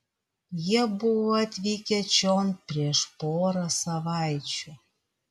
jie buvo atvykę čion prieš porą savaičių